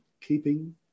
keeping